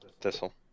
thistle